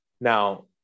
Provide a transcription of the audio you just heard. Now